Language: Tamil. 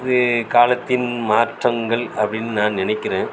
இது காலத்தின் மாற்றங்கள் அப்படின்னு நான் நினைக்கிறேன்